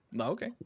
okay